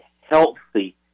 healthy